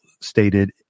stated